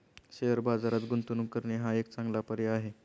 share बाजारात गुंतवणूक करणे हा एक चांगला पर्याय आहे